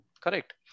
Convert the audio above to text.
Correct